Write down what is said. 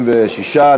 36,